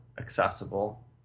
accessible